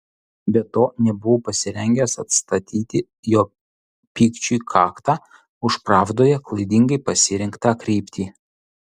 be to nebuvau pasirengęs atstatyti jo pykčiui kaktą už pravdoje klaidingai pasirinktą kryptį